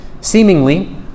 Seemingly